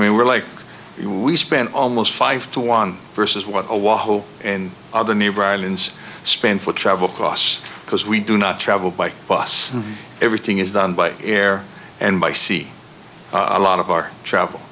mean we're like we spend almost five to one versus what a waffle and other neighbor islands spend for travel costs because we do not travel by bus and everything is done by air and by sea a lot of our travel